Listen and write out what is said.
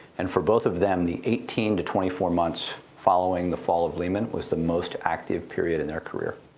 and for both of them, the eighteen to twenty four months following the fall of lehman was the most active period in their career.